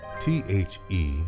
T-H-E